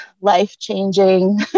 life-changing